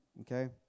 Okay